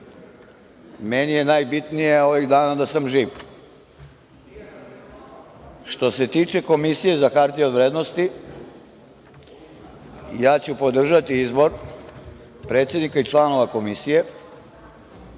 meni je najbitnije ovih dana da sam živ. Što se tiče Komisije za hartije od vrednosti, ja ću podržati izbor predsednika i članova Komisije,